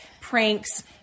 pranks